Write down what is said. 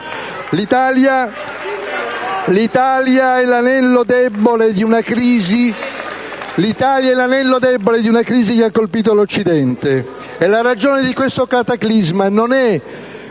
L'Italia è l'anello debole di una crisi che ha colpito l'Occidente. E la ragione di questo cataclisma non è